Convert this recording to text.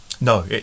No